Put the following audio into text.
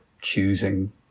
choosing